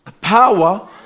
power